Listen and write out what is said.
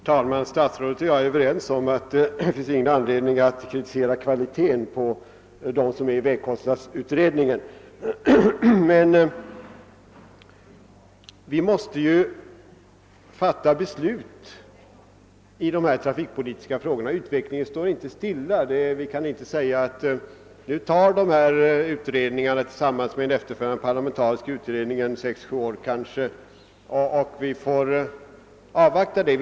Herr talman! Statsrådet och jag är överens om att det inte finns någon anledning att kritisera kvaliteten på dem som deltar i vägkostnadsutredningen; men vi måste ju fatta beslut i de trafikpolitiska frågorna. Utvecklingen står inte stilla och vi kan inte säga att de här utredningarna tillsammans med en efterföljande parlamentarisk utredning kanske tar ungefär sex sju år och att vi har att avvakta resultaten.